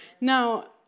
Now